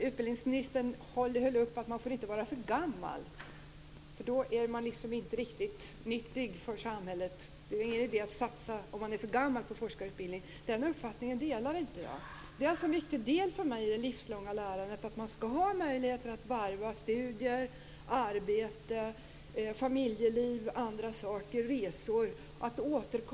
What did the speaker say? Utbildningsministern uppehöll sig vid att det inte är någon idé att satsa på forskarutbildning om man är för gammal, för då är man inte riktigt nyttig för samhället. Den uppfattningen delar jag inte. För mig är en viktig del i det livslånga lärandet att man skall ha möjlighet att varva studier, arbete, familjeliv, resor och annat.